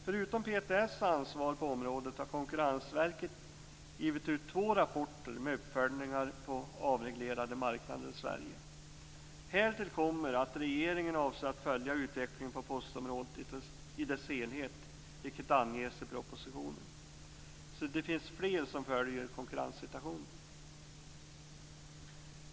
Förutom PTS ansvar på området har Konkurrensverket givit ut två rapporter med uppföljningar på avreglerade marknader i Sverige. Härtill kommer att regeringen avser att följa utvecklingen på postområdet i dess helhet, vilket anges i propositionen. Det finns alltså fler som följer konkurrenssituationen.